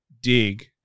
dig